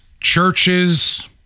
churches